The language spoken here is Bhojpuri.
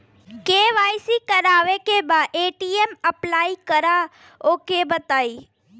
के.वाइ.सी करावे के बा ए.टी.एम अप्लाई करा ओके बताई?